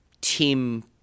team